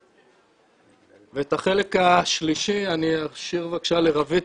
ואת החלק השלישי אני אשאיר לרווית,